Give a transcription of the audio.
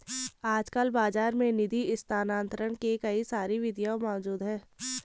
आजकल बाज़ार में निधि स्थानांतरण के कई सारी विधियां मौज़ूद हैं